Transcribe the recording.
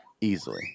Easily